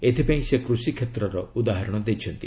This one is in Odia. ଏଥିପାଇଁ ସେ କୃଷିକ୍ଷେତ୍ରର ଉଦାହରଣ ଦେଇଛନ୍ତି